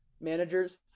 managers